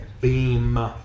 Beam